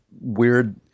weird